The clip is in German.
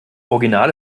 original